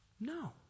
No